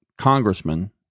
congressman